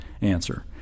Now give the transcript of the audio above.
answer